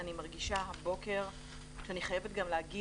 אני מרגישה הבוקר שאני חייבת גם לומר